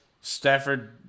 Stafford –